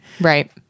right